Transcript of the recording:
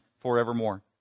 forevermore